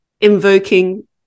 invoking